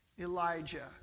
Elijah